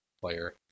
player